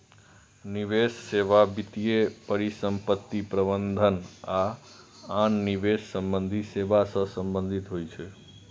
निवेश सेवा वित्तीय परिसंपत्ति प्रबंधन आ आन निवेश संबंधी सेवा सं संबंधित होइ छै